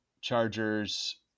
Chargers